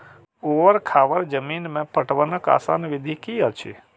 ऊवर खावर जमीन में पटवनक आसान विधि की अछि?